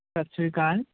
ਸਤਿ ਸ਼੍ਰੀ ਅਕਾਲ